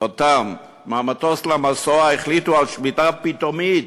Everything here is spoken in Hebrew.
אותן מהמטוס למסוע, החליטו על שביתה פתאומית,